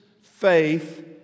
faith